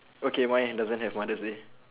okay mine doesn't have mother's day